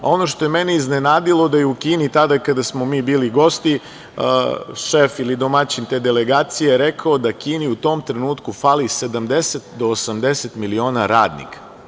Ono što je mene iznenadilo je da je u Kini tada kada smo bili gosti šef ili domaćin te delegacije rekao da Kini u tom trenutku fali 70 do 80 miliona radnika.